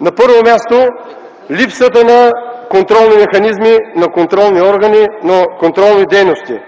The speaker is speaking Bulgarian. На първо място – липсата на контролни механизми, на контролни органи, на контролни дейности.